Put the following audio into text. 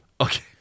Okay